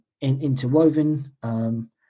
interwoven